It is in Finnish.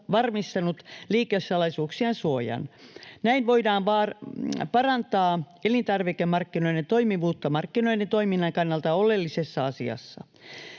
varmistanut liikesalaisuuksien suojan. Näin voidaan parantaa elintarvikemarkkinoiden toimivuutta markkinoiden toiminnan kannalta oleellisessa asiassa.